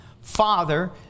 father